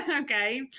Okay